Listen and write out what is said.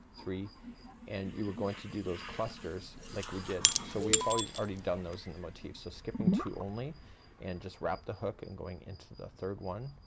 three and you are going to do those clusters like we did. so we've always, already done those in the motif. so skipping two only and just wrap the hook and going into the third one